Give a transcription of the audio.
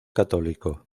católico